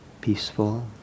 peaceful